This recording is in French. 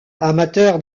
amateur